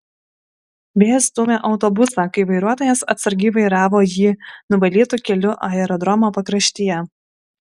vėjas stūmė autobusą kai vairuotojas atsargiai vairavo jį nuvalytu keliu aerodromo pakraštyje